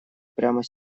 прямо